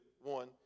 one